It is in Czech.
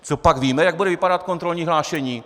Copak víme, jak bude vypadat kontrolní hlášení?